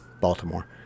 Baltimore